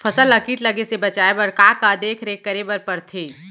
फसल ला किट लगे से बचाए बर, का का देखरेख करे बर परथे?